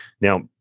Now